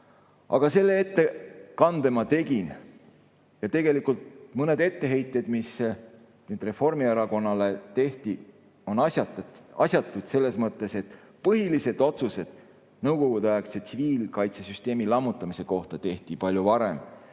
aga selle ettekande ma tegin. Tegelikult mõned etteheited, mis nüüd Reformierakonnale tehti, on asjatud selles mõttes, et põhilised otsused nõukogudeaegse tsiviilkaitsesüsteemi lammutamise kohta tehti palju varem.